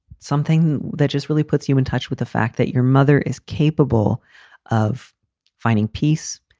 something that just really puts you in touch with the fact that your mother is capable of finding peace,